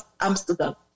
Amsterdam